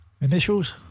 Initials